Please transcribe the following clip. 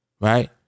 Right